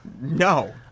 No